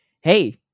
hey